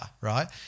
right